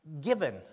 given